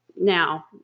now